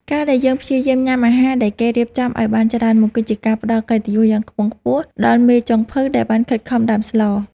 ការដែលយើងព្យាយាមញ៉ាំអាហារដែលគេរៀបចំឱ្យបានច្រើនមុខ គឺជាការផ្តល់កិត្តិយសយ៉ាងខ្ពង់ខ្ពស់ដល់មេចុងភៅដែលបានខិតខំដាំស្ល។